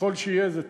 ככל שיהיה זה טוב,